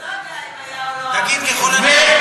אתה לא יודע אם היה או לא, תגיד "ככל הנראה".